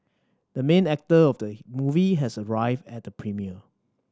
the main actor of the movie has arrived at the premiere